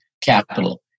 Capital